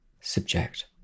subject